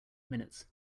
minutes